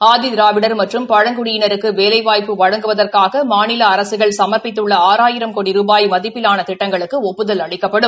ஆதி திராவிடர் மற்றும் பழங்குடியினருக்கு வேலைவாய்ப்பு வழங்குவதற்காக மாநில அரசுகள் சம்ப்பித்துள்ள ஆறாயிரம் கோடி ரூபாய் மதிப்பிலான திட்டங்களுக்கு ஒப்புதல் அளிக்கப்படும்